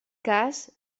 cas